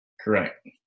Correct